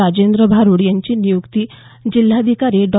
राजेंद्र भारुड यांची नियुक्ती जिल्हाधिकारी डॉ